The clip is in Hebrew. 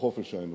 ולחופש האנושי.